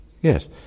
yes